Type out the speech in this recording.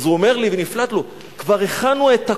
הוא אומר לי, נפלט לו, כבר הכנו את הכול,